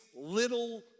little